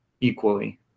equally